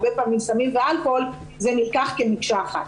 הרבה פעמים סמים ואלכוהול נלקחים כמקשה אחת.